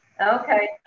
Okay